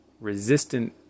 resistant